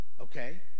okay